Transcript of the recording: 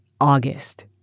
August